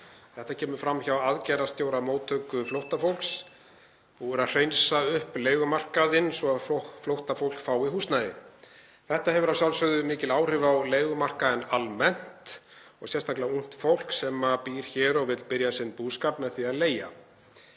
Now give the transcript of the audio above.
Þetta kemur fram hjá aðgerðastjóra móttöku flóttafólks. Búið er að hreinsa upp leigumarkaðinn svo að flóttafólk fái húsnæði. Þetta hefur að sjálfsögðu mikil áhrif á leigumarkaðinn almennt og sérstaklega á ungt fólk sem býr hér og vill byrja sinn búskap með því að leigja.